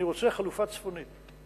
אני רוצה חלופה צפונית.